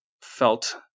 felt